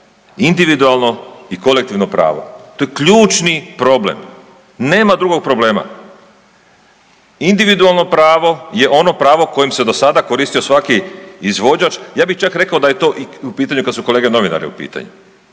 individualno i kolektivno pravo, to je ključni problem, nema drugog problema. Individualno pravo je ono pravo kojim se do sada koristio svaki izvođač, ja bih čak rekao da je to i u pitanju kad su kolege novinari u pitanju,